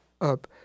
up